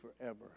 forever